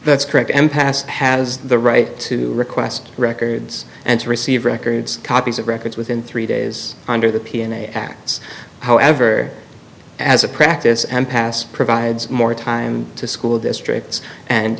that's correct m past has the right to request records and to receive records copies of records within three days under the piano acts however as a practice and pass provides more time to school districts and